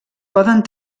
poden